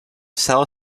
cel